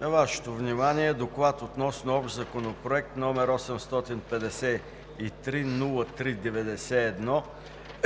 На Вашето внимание е Доклад относно Общ законопроект № 853-03-91